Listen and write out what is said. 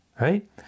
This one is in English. right